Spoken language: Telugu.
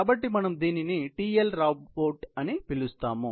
కాబట్టి మనం దీనిని TL రోబోట్ అని పిలుస్తాము